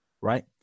right